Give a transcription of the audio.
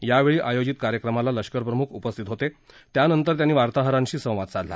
यावेळी आयोजित कार्यक्रमाला लष्करप्रमुख उपस्थित होते त्यानंतर त्यांनी वार्ताहरांशी संवाद साधला